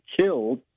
killed